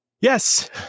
yes